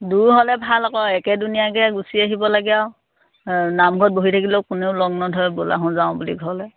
দূৰ হ'লে ভাল আকৌ একে দুনিয়াকৈ গুচি আহিব লাগে আৰু নামঘৰত বহি থাকিলেও কোনেও লগ নধৰে ব'লাচোন যাওঁ বুলি ঘৰলৈ